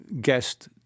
guest